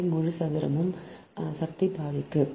75 முழு சதுரமும் சக்தி பாதிக்கு